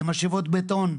למשאבות בטון,